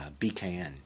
BKN